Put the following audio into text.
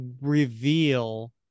reveal